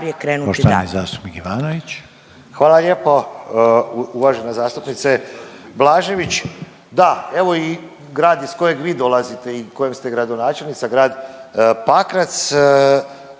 Hvala lijepo uvažena zastupnice Blažević. Da, evo i grad iz kojeg vi dolazite i kojem ste gradonačelnica, grad Pakrac,